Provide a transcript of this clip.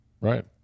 right